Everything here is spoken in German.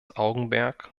augenmerk